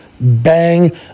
bang